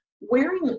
wearing